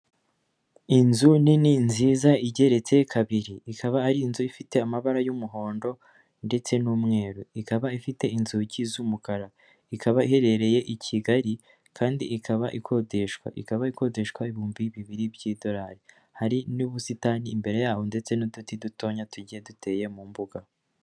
Inzu nini nziza igeretse kabiri, ikaba ari inzu ifite amabara y'umuhondo ndetse n'umweru, ikaba ifite inzugi z'umukara, ikaba iherereye i Kigali kandi ikaba ikodeshwa, ikaba ikodeshwa ibihumbi bibiri by'idolari, hari n'ubusitani imbere yaho ndetse n'uduti dutoya tugiye duteye mu mbuga.